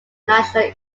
national